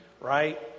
Right